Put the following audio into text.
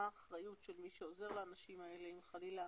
מה האחריות של מי שעושה לאנשים האלה אם חלילה